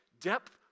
Depth